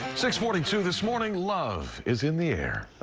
six forty two this morning. love is in the air.